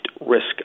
risk